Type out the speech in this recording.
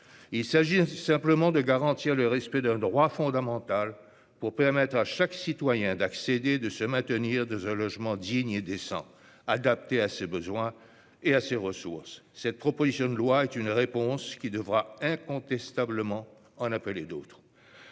Il s'agit simplement de garantir le respect d'un droit fondamental pour permettre à chaque citoyen d'accéder à un logement digne et décent adapté à ses besoins et ses ressources et de s'y maintenir. Cette proposition de loi est une réponse qui devra incontestablement en appeler d'autres.